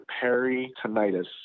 peritonitis